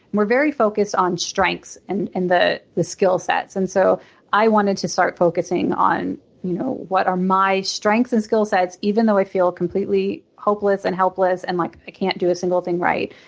we're very focused on strengths and and the the skillsets. so i wanted to start focusing on you know what are my strengths and skillsets, even though i feel completely hopeless and helpless and like i can't do a single thing right.